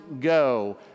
go